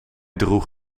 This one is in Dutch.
droeg